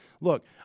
look